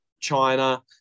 china